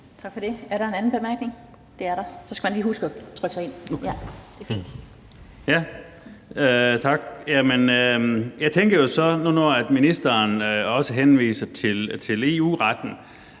Tak for det. Er der en anden bemærkning? Det er der. Så skal man lige huske at trykke sig ind. Det er fint. Kl. 16:37 Per Larsen (KF): Tak. Jeg tænker jo så, at det nu, hvor ministeren også henviser til EU-retten,